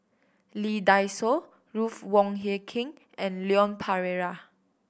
Lee Dai Soh Ruth Wong Hie King and Leon Perera